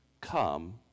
come